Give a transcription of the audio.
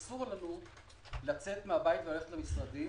אלא אסור לנו לצאת מהבית וללכת למשרדים,